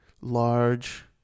large